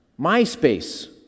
MySpace